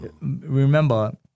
Remember